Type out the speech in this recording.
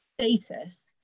status